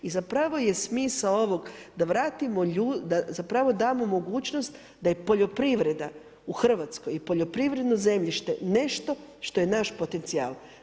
I zapravo je smisao ovog, da vratimo, da zapravo damo mogućnost da je poljoprivreda u Hrvatskoj i poljoprivredno zemljište nešto što je naš potencijal.